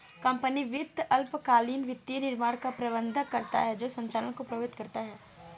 company वित्त अल्पकालिक वित्तीय निर्णयों का प्रबंधन करता है जो संचालन को प्रभावित करता है